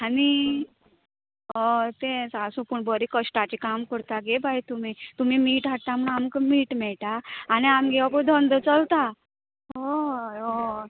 आनी हय तेंच आसूं पूण बरें कश्टाचें काम करतात गे बाय तुमी तुमी मीठ हाडटा म्हणून आमकां मीठ मेळटा आनी आमगे हो पळय धंदो चलता हय हय